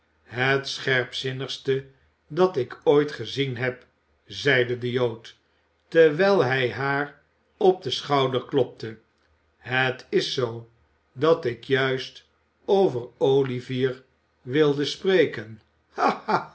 het scherpzinnigste dat ik ooit gezien heb zeide de jood terwijl hij haar op den schouder klopte het is zoo dat ik juist over olivier wilde spreken